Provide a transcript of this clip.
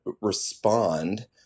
respond